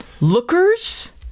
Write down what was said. Lookers